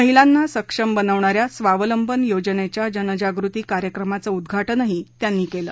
महिलांना सक्षम बनवणा या स्वावलंबन योजनेच्या जनजागृती कार्यक्रमाचं उद्घाटनही त्यांनी केलं